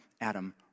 adam